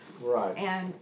Right